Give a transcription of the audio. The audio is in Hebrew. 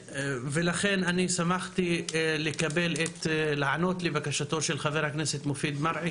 לכן אני שמחתי לענות לבקשתו של חבר הכנסת מופיד מרעי,